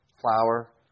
flour